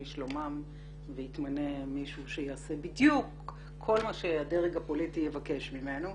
שלומם ויתמנה מישהו שיעשה בדיוק כל מה שהדרג הפוליטי יבקש ממנו.